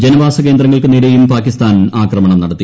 ജനവാസ കേന്ദ്രങ്ങൾക്കു നേരെയും പാകിസ്ഥാൻ ആക്രമണം നടത്തി